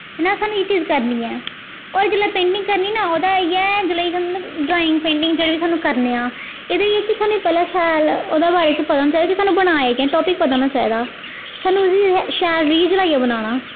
कि सानूं एह् चीज़ करनी ऐ होर जिसलै पेंटिंग करनी ना ओह्दा इ'यै जिस्लै एह् मतलब ड्राईंग पेंटिंग जेह्ड़ी बी सानूं करने आं एह्दा एह् ऐ कि सानूं पैह्लें शैल ओह्दे बारे च पता होना चाहिदा कि सानूं बनाना केह् ऐ टापिक पता होना सानूं इसी शैल रीज़ लाइयै बनाना